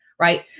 Right